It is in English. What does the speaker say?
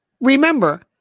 remember